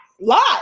lot